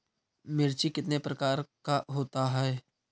मिर्ची कितने प्रकार का होता है?